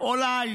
אולי